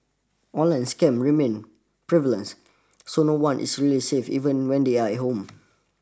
online scam remain prevalence so no one is really safe even when they're at home